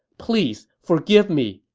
please, forgive me!